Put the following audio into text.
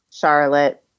Charlotte